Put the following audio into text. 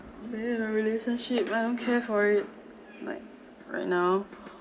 being in a relationship I don't care for it like right now